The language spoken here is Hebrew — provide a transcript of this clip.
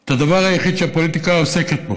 את הדבר היחיד שהפוליטיקה עוסקת בו,